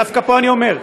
דווקא פה אני אומר,